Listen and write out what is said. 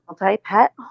multi-pet